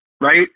right